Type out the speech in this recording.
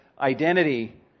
identity